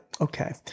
Okay